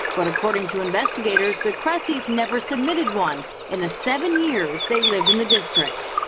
but according to investigators, the cressys never submitted one in the seven years they lived in the district.